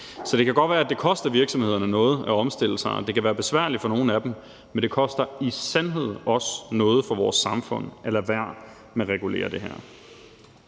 Så det kan godt være, at det koster virksomhederne noget at omstille sig, og at det kan være besværligt for nogle af dem, men det koster i sandhed også noget for vores samfund at lade være med at regulere det her.